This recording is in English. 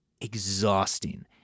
exhausting